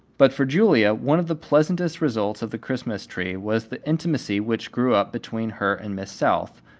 but for julia one of the pleasantest results of the christmas tree was the intimacy which grew up between her and miss south,